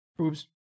Oops